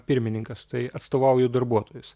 pirmininkas tai atstovauju darbuotojus